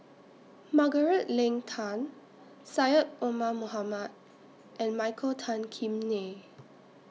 Margaret Leng Tan Syed Omar Mohamed and Michael Tan Kim Nei